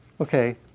okay